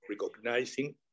recognizing